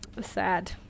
sad